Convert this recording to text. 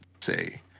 say